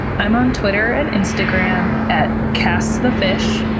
i'm on twitter and instagram at kassthefish.